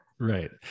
Right